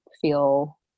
feel